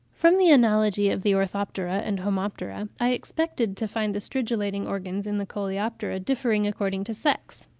from the analogy of the orthoptera and homoptera, i expected to find the stridulating organs in the coleoptera differing according to sex